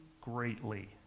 greatly